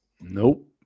Nope